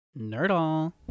Nerdle